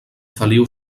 feliu